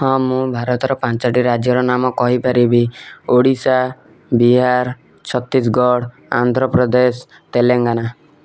ହଁ ମୁଁ ଭାରତର ପାଞ୍ଚଟି ରାଜ୍ୟର ନାମ କହି ପାରିବି ଓଡ଼ିଶା ବିହାର ଛତିଶଗଡ଼ ଆନ୍ଧ୍ରପ୍ରଦେଶ ତେଲେଙ୍ଗାନା